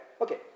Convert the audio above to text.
Okay